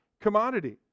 Commodity